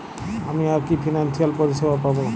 আমি আর কি কি ফিনান্সসিয়াল পরিষেবা পাব?